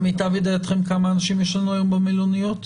למיטב ידיעתכם כמה אנשים יש לנו היום במלוניות?